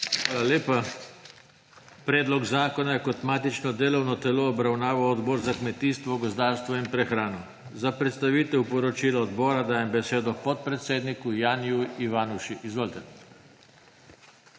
Hvala lepa. Predlog zakona je kot matično delovno telo obravnaval Odbor za kmetijstvo, gozdarstvo in prehrano. Za predstavitev poročila odbora dajem besedo podpredsedniku Janiju Ivanuši. Izvolite.